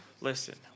listen